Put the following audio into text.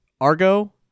argo